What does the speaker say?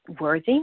worthy